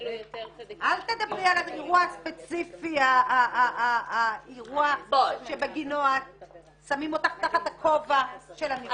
אל תדברי על האירוע הספציפי שבגינו שמים אותך תחת הכובע של הנפגעת,